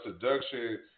seduction